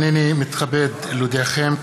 הנני מתכבד להודיעכם,